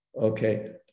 okay